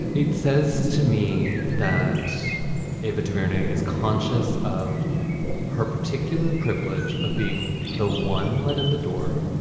it says to me that ava duvernay is conscious of her particular privilege of being the one left in the door.